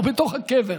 הוא בתוך הקבר.